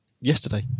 yesterday